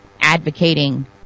advocating